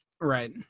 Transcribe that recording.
Right